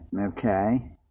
okay